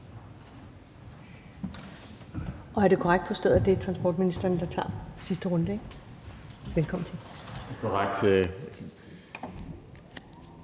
– er det korrekt forstået, at det er transportministeren, der tager sidste runde? Kl.